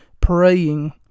praying